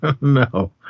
No